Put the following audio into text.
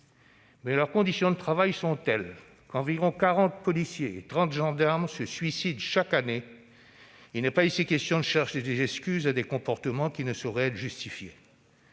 que leurs conditions de travail sont telles qu'environ 40 policiers et 30 gendarmes se suicident chaque année. Il n'est pas ici question de chercher des excuses à des comportements qui ne sauraient le justifier